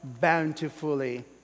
bountifully